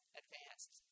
advanced